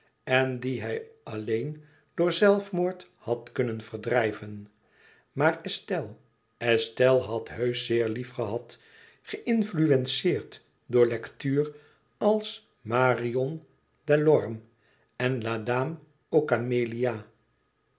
en die hij alleen door zelfmoord had kunnen verdrijven maar estelle estelle had heusch zeer liefgehad geïnfluenceerd door lectuur als marion delorme en la